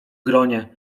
gronie